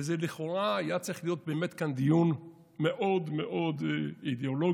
וזה לכאורה היה צריך באמת להיות כאן דיון מאוד מאוד אידיאולוגי,